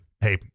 Hey